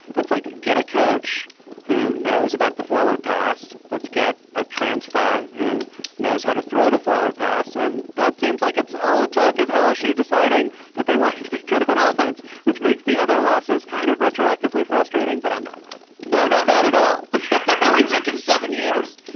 let's like get a coach who knows about the forward pass. let's get a transfer. who knows how to throw the forward pass and that seems like it's all it took as lsu deciding that they wanted to be good on but offense which makes the other losses kind of retroactively frustrating but i'm not mad no not mad at all. it it took him seven years.